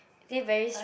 I think very str~